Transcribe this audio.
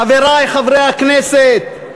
חברי חברי הכנסת,